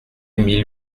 mille